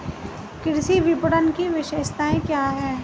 कृषि विपणन की विशेषताएं क्या हैं?